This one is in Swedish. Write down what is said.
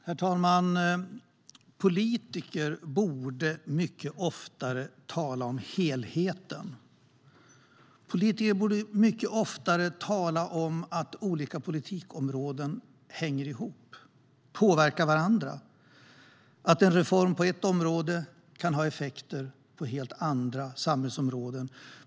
Herr talman! Politiker borde mycket oftare tala om helheten. Politiker borde mycket oftare tala om att olika politikområden hänger ihop och påverkar varandra, att en reform på ett område kan ha effekter på helt andra samhällsområden.